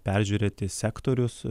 peržiūrėti sektorius